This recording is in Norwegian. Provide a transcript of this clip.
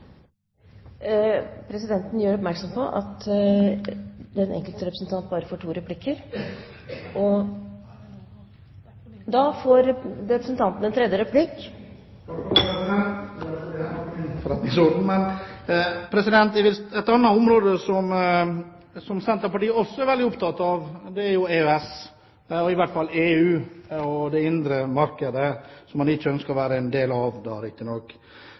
Presidenten gjør oppmerksom på at den enkelte representant bare gis anledning til to replikker. Nei. – Nei? Da får representanten den tredje replikk. Takk for det, det er i hvert fall i henhold til min forretningsorden! Et annet område som Senterpartiet også er veldig opptatt av, er EØS, og i hvert fall EU og det indre markedet, som man ikke ønsker å være en del av, riktignok.